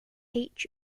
beach